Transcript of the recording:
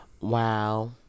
Wow